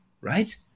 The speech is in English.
right